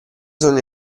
sono